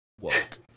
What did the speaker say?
woke